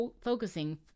focusing